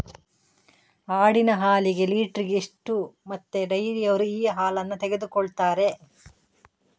ಆಡಿನ ಹಾಲಿಗೆ ಲೀಟ್ರಿಗೆ ಎಷ್ಟು ಮತ್ತೆ ಡೈರಿಯವ್ರರು ಈ ಹಾಲನ್ನ ತೆಕೊಳ್ತಾರೆ?